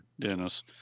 Dennis